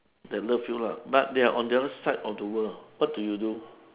that love you lah but they are on the other side of the world what do you do